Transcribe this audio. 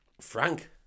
Frank